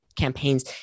campaigns